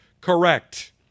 correct